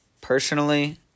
Personally